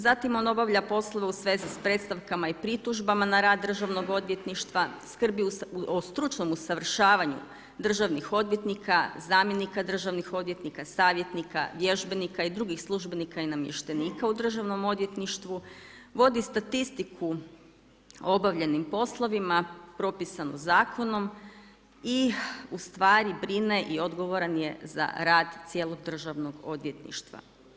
Zatim on obavlja poslove u svezi s predstavkama i pritužbama na rad Državnog odvjetništva, skrbi o stručnom usavršavanju državnih odvjetnika, zamjenika državnih odvjetnika, savjetnika, vježbenika i drugih službenika i namještenika u Državnom odvjetništvu, vodi statistiku o obavljenim poslovima propisano zakonom i u stvari brine i odgovoran je za rad cijelog Državnog odvjetništva.